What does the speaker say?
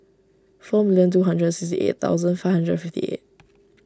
four million two hundred sixty eight thousand five hundred fifty eight